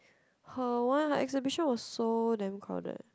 her one like exhibition was so damn crowded